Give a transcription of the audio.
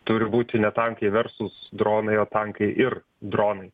turi būti ne tankai versus dronai o tankai ir dronai